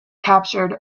captured